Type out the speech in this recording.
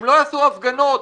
הם לא יעשו הפגנות,